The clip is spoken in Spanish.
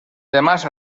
además